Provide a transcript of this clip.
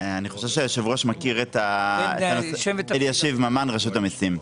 אני חושב שהיושב ראש, אלישיב ממן רשות המיסים.